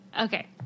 Okay